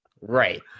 Right